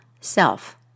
self